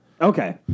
Okay